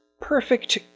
perfect